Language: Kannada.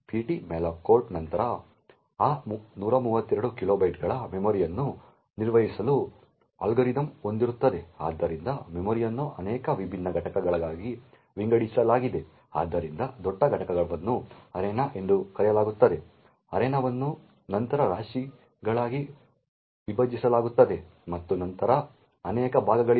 ptmalloc ಕೋಡ್ ನಂತರ ಆ 132 ಕಿಲೋಬೈಟ್ಗಳ ಮೆಮೊರಿಯನ್ನು ನಿರ್ವಹಿಸಲು ಅಲ್ಗಾರಿದಮ್ಗಳನ್ನು ಹೊಂದಿರುತ್ತದೆ ಆದ್ದರಿಂದ ಮೆಮೊರಿಯನ್ನು ಅನೇಕ ವಿಭಿನ್ನ ಘಟಕಗಳಾಗಿ ವಿಂಗಡಿಸಲಾಗಿದೆ ಆದ್ದರಿಂದ ದೊಡ್ಡ ಘಟಕವನ್ನು ಅರೆನಾ ಎಂದು ಕರೆಯಲಾಗುತ್ತದೆ ಅರೆನಾವನ್ನು ನಂತರ ರಾಶಿಗಳಾಗಿ ವಿಭಜಿಸಲಾಗುತ್ತದೆ ಮತ್ತು ನಂತರ ಅನೇಕ ಭಾಗಗಳಿವೆ